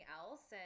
else